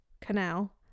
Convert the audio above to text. canal